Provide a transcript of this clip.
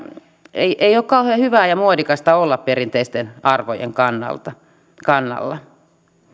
ei ei ole kauhean hyvää ja muodikasta olla perinteisten arvojen kannalla